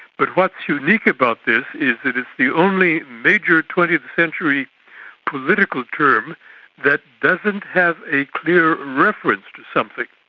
but what's unique about this is that it's the only major twentieth century political term that doesn't have a clear reference to something.